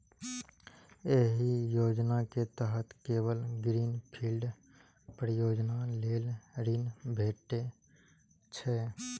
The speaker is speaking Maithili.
एहि योजना के तहत केवल ग्रीन फील्ड परियोजना लेल ऋण भेटै छै